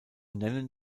nennen